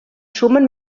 sumen